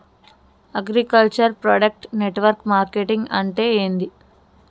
Agriculture product network marketing అంటే ఏంది?